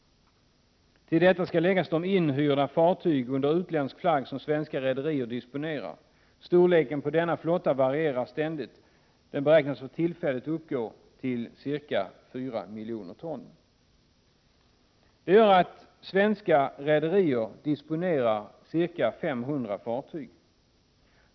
Till detta skall läggas de inhyrda fartyg under utländsk flagg som svenska rederier disponerar. Storleken på denna flotta varierar ständigt, och den beräknas för tillfället uppgå till ca 4 miljoner ton. Det gör att svenska rederier disponerar ca 500 fartyg.